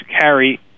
carry